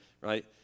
right